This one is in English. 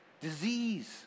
disease